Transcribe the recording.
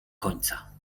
końca